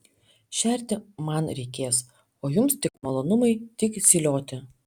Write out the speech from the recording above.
šerti man reikės o jums tik malonumai tik zylioti